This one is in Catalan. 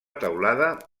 teulada